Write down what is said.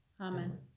amen